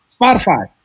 spotify